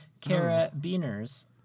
Carabiners